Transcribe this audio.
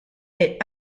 est